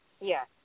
Yes